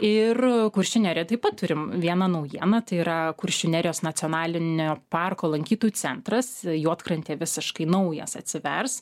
ir kuršių nerijoj taip pat turim vieną naujieną tai yra kuršių nerijos nacionalinio parko lankytojų centras juodkrantėje visiškai naujas atsivers